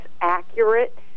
accurate